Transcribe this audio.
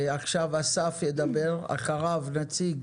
עכשיו אסף ידבר, אחריו נציג